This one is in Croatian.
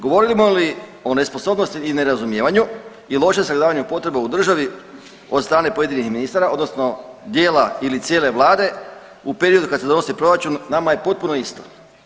Govorimo li o nesposobnosti i nerazumijevanju i lošem sagledavanju potreba u državi od strane pojedinih ministara odnosno dijela ili cijel vlade u periodu kad se donosi proračun nama je potpuno isto.